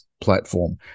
platform